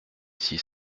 six